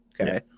Okay